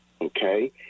okay